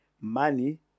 money